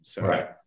Right